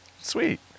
Sweet